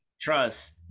trust